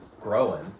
growing